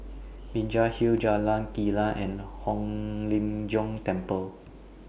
Binjai Hill Jalan Kilang and Hong Lim Jiong Temple